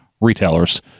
retailers